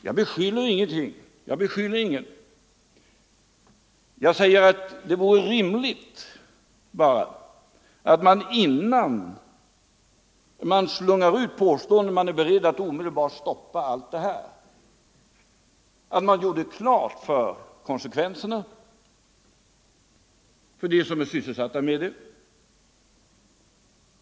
Jag riktar inte beskyllningar mot någon utan säger bara att det vore rimligt, att innan man slungar ut påståenden om att man är beredd att omedelbart stoppa allt detta gjorde klart, vilka konsekvenserna skulle bli för dem som är sysselsatta på området.